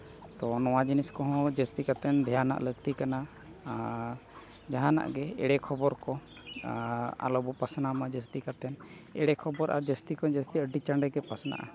ᱛᱚ ᱱᱚᱣᱟ ᱡᱤᱱᱤᱥ ᱠᱚᱦᱚᱸ ᱡᱟᱹᱥᱛᱤ ᱠᱟᱛᱮᱫ ᱫᱷᱮᱭᱟᱱᱟᱜ ᱞᱟᱹᱠᱛᱤ ᱠᱟᱱᱟ ᱟᱨ ᱡᱟᱦᱟᱱᱟᱜ ᱜᱮ ᱮᱬᱮ ᱠᱷᱚᱵᱚᱨ ᱠᱚ ᱟᱨ ᱟᱞᱚᱵᱚ ᱯᱟᱥᱱᱟᱣᱢᱟ ᱡᱟᱹᱥᱛᱤ ᱠᱟᱛᱮᱫ ᱮᱬᱮ ᱠᱷᱚᱵᱚᱨ ᱟᱨ ᱡᱟᱹᱥᱛᱤ ᱠᱷᱚᱱ ᱡᱟᱹᱥᱛᱤ ᱟᱹᱰᱤ ᱪᱟᱬᱮ ᱜᱮ ᱯᱟᱥᱱᱟᱜᱼᱟ